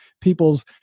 peoples